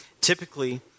typically